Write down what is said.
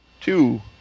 two